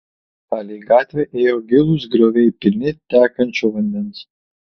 palei gatvę ėjo gilūs grioviai pilni tekančio vandens